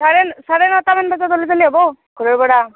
চাৰে চাৰে নটামান বজাত ওলাই গ'লে হ'ব ঘৰৰ পৰা